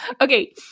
Okay